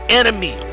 enemy